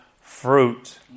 fruit